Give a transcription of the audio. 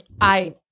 I-